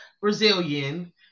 Brazilian